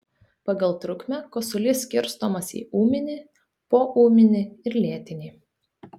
pagal trukmę kosulys skirstomas į ūminį poūminį ir lėtinį